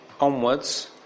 onwards